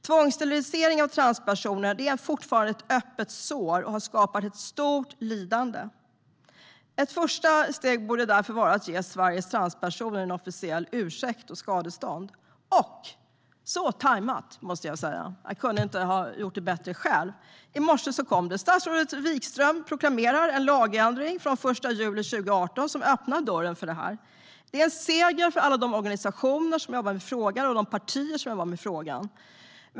Tvångssteriliseringarna av transpersoner är fortfarande ett öppet sår och har skapat stort lidande. Ett första steg borde därför vara att ge Sveriges transpersoner en officiell ursäkt och skadestånd. Och i morse kom det, så väl tajmat att jag inte kunde ha gjort det bättre själv: Stadsrådet Wikström proklamerar en lagändring från den 1 juli 2018 som öppnar dörren för detta. Det är en seger för alla de organisationer och partier som jobbar med frågan.